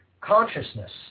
consciousness